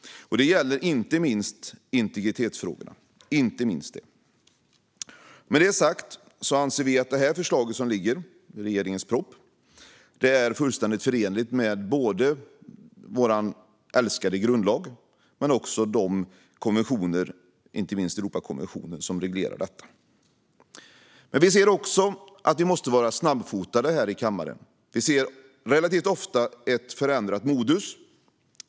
Det gäller inte minst integritetsfrågorna. Med det sagt anser vi att förslaget i regeringens proposition är fullständigt förenligt med vår älskade grundlag men också med de konventioner, inte minst Europakonventionen, som reglerar detta. Men vi ser också att vi här i kammaren måste vara snabbfotade. Vi ser relativt ofta ett förändrat modus.